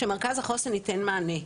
שמרכז החוסן ייתן מענה.